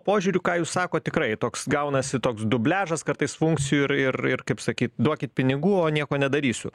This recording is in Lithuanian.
požiūriu ką jūs sakot tikrai toks gaunasi toks dubliažas kartais funkcijų ir ir ir kaip sakyt duokit pinigų o nieko nedarysiu